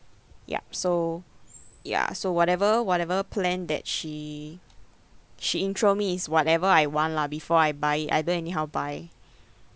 yup so ya so whatever whatever plan that she she intro me is whatever I want lah before I buy it I don't anyhow buy